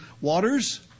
waters